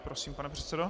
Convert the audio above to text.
Prosím, pane předsedo.